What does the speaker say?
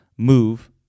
move